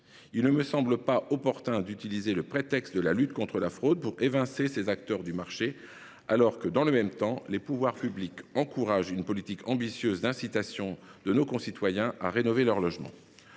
Il ne me semble pas opportun d’utiliser le prétexte de la lutte contre la fraude pour évincer ces acteurs du marché alors que, dans le même temps, les pouvoirs publics encouragent une politique ambitieuse d’incitation de nos concitoyens à rénover leurs logements.